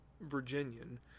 Virginian